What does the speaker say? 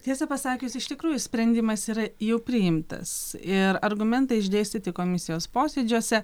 tiesą pasakius iš tikrųjų sprendimas yra jau priimtas ir argumentai išdėstyti komisijos posėdžiuose